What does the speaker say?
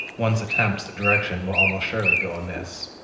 one's attempts at direction will almost surely go amiss.